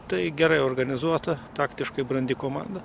tai gerai organizuota taktiškai brandi komanda